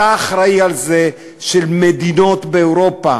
אתה אחראי לזה שמדינות באירופה